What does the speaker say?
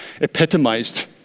epitomized